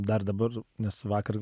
dar dabar nes vakar